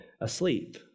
asleep